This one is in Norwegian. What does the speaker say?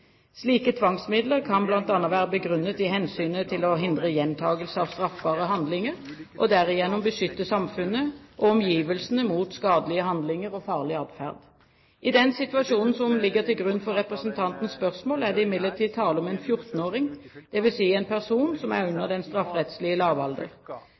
Slike tvangsmidler kan bl.a. være begrunnet i hensynet til å hindre gjentakelse av straffbare handlinger og derigjennom beskytte samfunnet og omgivelsene mot skadelige handlinger og farlig atferd. I den situasjonen som ligger til grunn for representantens spørsmål, er det imidlertid tale om en 14-åring, dvs. en person som er